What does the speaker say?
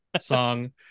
song